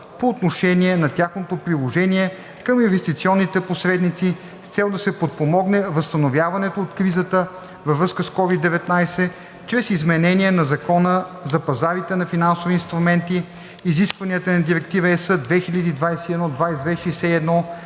по отношение на тяхното приложение към инвестиционните посредници с цел да се подпомогне възстановяването от кризата във връзка с COVID-19 – чрез изменение на Закона за пазарите на финансови инструменти; изискванията на Директива (ЕС) 2021/2261